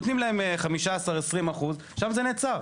נותנים להם 20-15 אחוז, ושם זה נעצר.